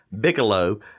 Bigelow